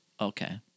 Okay